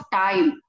time